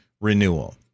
renewal